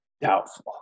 Doubtful